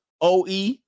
Oe